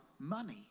money